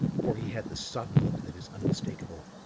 for he had the sodden look that is unmistakable.